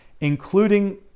including